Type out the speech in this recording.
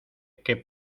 que